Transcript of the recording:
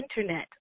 internet